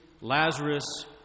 Lazarus